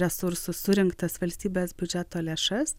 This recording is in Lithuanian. resursus surinktas valstybės biudžeto lėšas